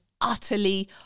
utterly